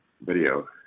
video